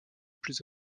plus